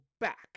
back